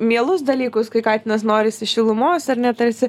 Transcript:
mielus dalykus kai katinas norisi šilumos ar ne tarsi